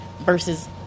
Versus